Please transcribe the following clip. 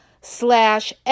slash